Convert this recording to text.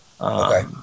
Okay